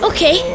Okay